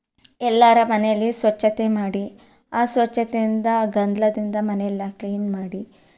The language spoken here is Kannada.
ಎಲ್ಲರ ಮನೆಯಲ್ಲಿ ಸ್ವಚ್ಛತೆ ಮಾಡಿ ಆ ಸ್ವಚ್ಛತೆಯಿಂದ ಗಂದಲದಿಂದ ಮನೆಯೆಲ್ಲ ಕ್ಲೀನ್ ಮಾಡಿ